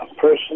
Person